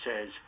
says